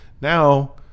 Now